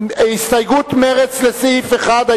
הסתייגות מרצ לסעיף 1,